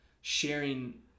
sharing